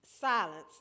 silence